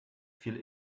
viel